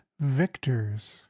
victors